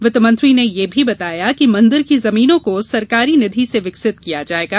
वित्त मंत्री ने बताया कि मंदिर की जमीनों को सरकारी निधि से विकसित किया जायेगा